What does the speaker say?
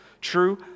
True